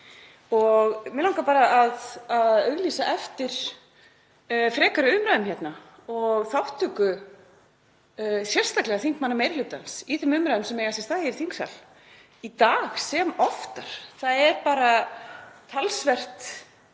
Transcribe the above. Mig langar að auglýsa eftir frekari umræðum hérna og þátttöku sérstaklega þingmanna meiri hlutans í þeim umræðum sem eiga sér stað hér í þingsal í dag sem oftar. Það er bara talsvert